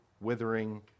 withering